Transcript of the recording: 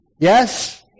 Yes